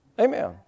Amen